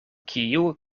kiu